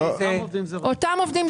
מדובר באותם עובדים זרים.